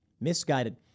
Misguided